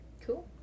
Cool